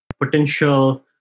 Potential